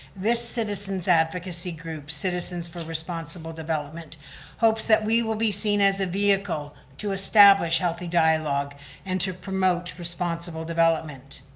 this citizen's advocacy group, citizens for responsible development hopes that we will be seen as a vehicle to establish healthy dialogue and to promote responsible development.